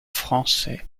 français